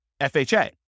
FHA